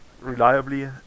reliably